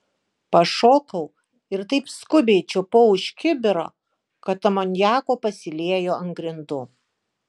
pašokau ir taip skubiai čiupau už kibiro kad amoniako pasiliejo ant grindų